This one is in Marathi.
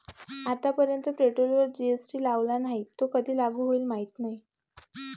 आतापर्यंत पेट्रोलवर जी.एस.टी लावला नाही, तो कधी लागू होईल माहीत नाही